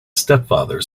stepfather